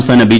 സംസ്ഥാന ബി